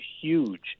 huge